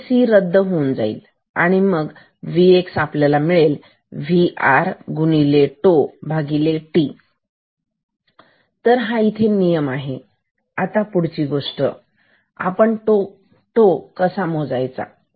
C रद्द होईल आणि मग Vx असेल V r t तर हा इथे नियम आहे आता पुढची गोष्ट आपण कसा मोजायचा